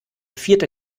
vierte